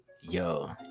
Yo